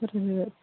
અટલે